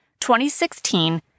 2016